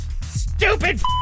stupid